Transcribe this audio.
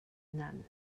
none